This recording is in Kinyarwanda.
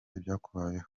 ibyakubayeho